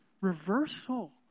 reversal